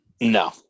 No